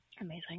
amazing